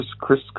Chris